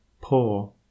poor